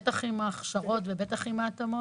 בטח עם ההכשרות ובטח עם ההתאמות?